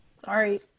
Sorry